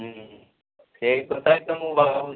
ହୁଁ ସେଇ କଥା ତ ମୁଁ ଭାବୁଛି